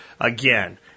again